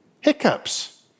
hiccups